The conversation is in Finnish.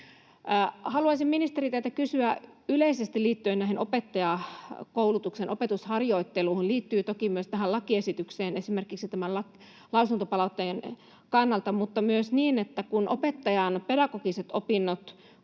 Haluaisin ministeriltä kysyä yleisesti liittyen näihin opettajakoulutuksen opetusharjoitteluihin. Tämä liittyy toki myös tähän lakiesitykseen esimerkiksi tämän lausuntopalautteen kannalta mutta myös niin, että kun opettajan pedagogiset opinnot,